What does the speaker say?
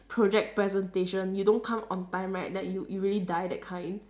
project presentation you don't come on time right then you you really die that kind